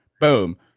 Boom